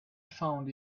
found